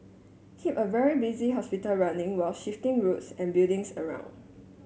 keep a very busy hospital running while shifting roads and buildings around